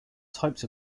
types